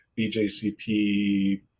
BJCP